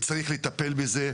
צריך לטפל בזה.